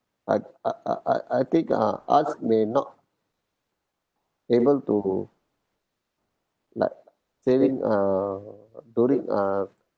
I I I I I think uh arts may not able to like saving uh during uh